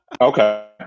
okay